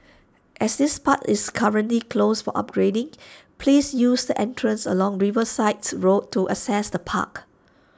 as this part is currently closed for upgrading please use the entrances along Riversides road to access the park